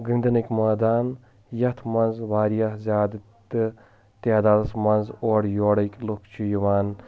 گنٛدنٕکۍ مٲدان یتھ منٛز واریاہ زیادٕ تہٕ تعدادس منٛز اورٕ یورٕکۍ لُکھ چھِ یِوان